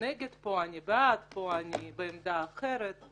אני נגד פה, אני בעד פה, אני בעמדה אחרת.